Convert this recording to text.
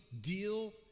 deal